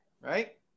Right